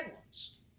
ones